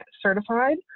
certified